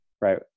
right